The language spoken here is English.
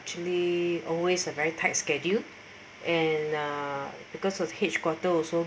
actually always a very tight schedule and uh because of headquarter also